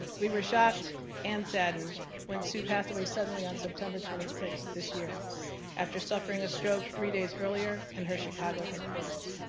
we were shocked and saddened when sue passed away suddenly on september twenty sixth this year after suffering a stroke three days earlier in her chicago headquarters.